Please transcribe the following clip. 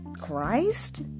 christ